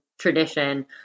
tradition